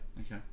Okay